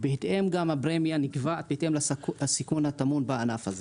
ובהתאם גם הפרמיה נקבעת בהתאם לסיכון הטמון בענף הזה.